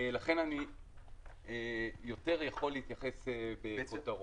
לכן אני יכול יותר להתייחס --- בעצם